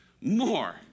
more